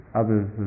others